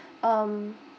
um